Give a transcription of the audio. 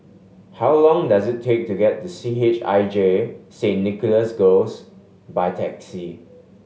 how long does it take to get to C H I J Saint Nicholas Girls by taxi